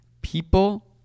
People